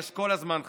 יש כל הזמן חדשים.